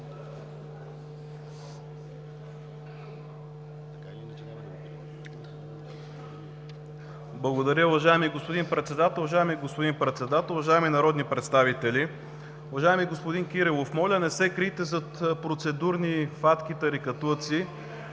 Благодаря. Уважаеми господин Председател, уважаеми народни представители! Уважаеми господин Кирилов, моля, не се крийте зад процедурни хватки и тарикатлъци